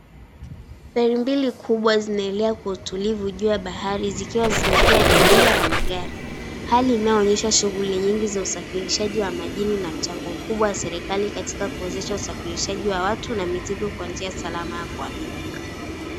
Feri mbili kubwa zinaelea kwa utulivu juu ya bahari zikiwa zimejaa abiria na magari. Hali inayoonyesha shughuli nyingi za usafirishaji wa majini na mchango mkubwa serikali katika kuwezesha usafirishaji wa watu na mizigo kwa njia salama ya kuaminika.